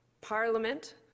parliament